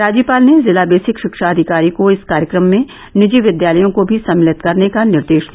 राज्यपाल ने जिला बेसिक शिक्षा अधिकारी को इस कार्यक्रम में निजी विद्यालयों को भी सम्मिलित करने का निर्देश दिया